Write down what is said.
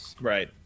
Right